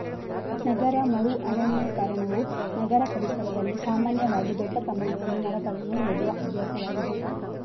ನಗರ ಮರು ಅರಣ್ಯೀಕರಣವು ನಗರ ಪರಿಸರದಲ್ಲಿ ಸಾಮಾನ್ಯವಾಗಿ ದೊಡ್ಡ ಪ್ರಮಾಣದಲ್ಲಿ ಮರಗಳನ್ನು ನೆಡುವ ಅಭ್ಯಾಸವಾಗಿದೆ